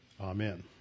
Amen